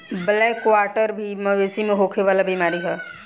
black quarter भी मवेशी में होखे वाला बीमारी ह